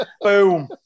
Boom